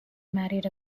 married